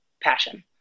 passion